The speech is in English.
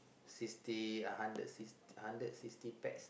sixty a hundred sixty hundred sixty pack